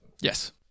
Yes